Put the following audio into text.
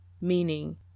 Meaning